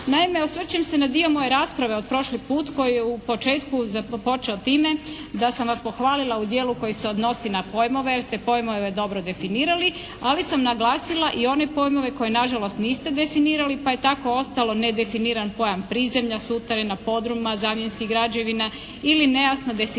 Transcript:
Naime, osvrćem se na dio moje rasprave od prošli put koji je u početku započeo time da sam vas pohvalila u dijelu koji se odnosi na pojmove jer ste pojmove dobro definirali, ali sam naglasila i one pojmove koje na žalost niste definirali pa je tako ostalo nedefiniran pojam prizemlja, suterena, podruma, zamjenskih građevina ili nejasno definirano